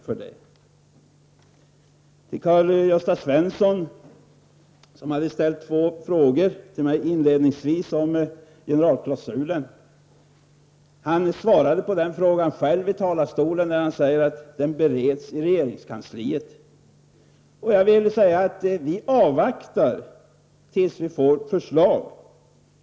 Karl-Gösta Svenson ställde inledningsvis två frågor till mig om generalklausulen. Han svarar delvis själv när han säger att frågan bereds inom regeringskansliet. Jag vill framhålla att vi avvaktar tills vi får förslag.